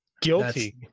Guilty